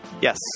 Yes